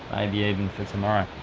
maybe even for tomorrow.